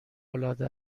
العاده